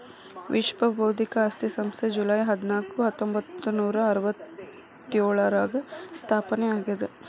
ವಿಶ್ವ ಬೌದ್ಧಿಕ ಆಸ್ತಿ ಸಂಸ್ಥೆ ಜೂಲೈ ಹದ್ನಾಕು ಹತ್ತೊಂಬತ್ತನೂರಾ ಅರವತ್ತ್ಯೋಳರಾಗ ಸ್ಥಾಪನೆ ಆಗ್ಯಾದ